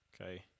okay